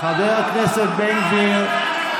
חבר הכנסת בן גביר,